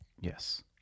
Yes